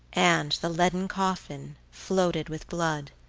and the leaden coffin floated with blood,